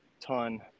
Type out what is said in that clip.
ton